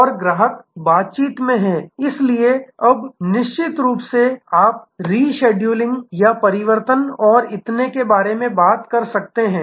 और ग्राहक बातचीत में हैं इसलिए अब निश्चित रूप से आप शेड्यूलिंग या परिवर्तन और इतने के बारे में बात कर सकते हैं